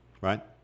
Right